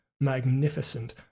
magnificent